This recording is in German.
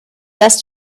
das